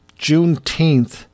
Juneteenth